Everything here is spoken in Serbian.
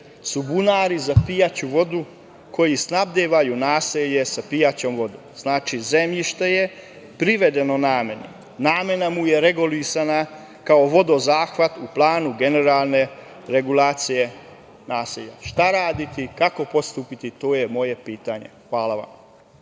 su bunari za pijaću vodu i snabdevaju naselje sa pijaćom vodom. Znači, zemljište je privedeno nameni. Namena mu je regulisana kao vodozahvat u planu generalne regulacije naselja. Šta raditi, kako postupiti? To je moje pitanje. Hvala vam.